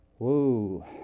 Whoa